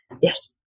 Yes